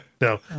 no